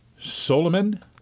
Solomon